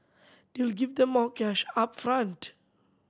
this will give the more cash up front